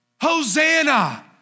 Hosanna